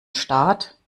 staat